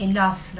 Enough